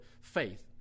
faith